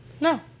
No